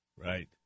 Right